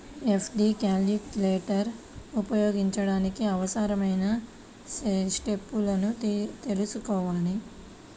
FD calculator ఉపయోగించడానికి అవసరమైన స్టెప్పులను తెల్సుకోవాలి